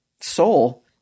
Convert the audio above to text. soul